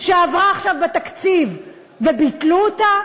שעברה עכשיו בתקציב וביטלו אותה?